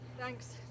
Thanks